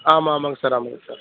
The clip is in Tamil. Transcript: ஆமாம் ஆமாங்க சார் ஆமாங்க சார்